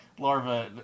Larva